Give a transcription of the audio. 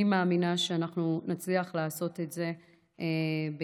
אני מאמינה שנצליח לעשות את זה ביחד.